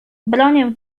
bronię